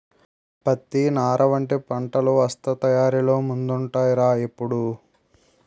పత్తి, నార వంటి పంటలు వస్త్ర తయారీలో ముందుంటాయ్ రా ఎప్పుడూ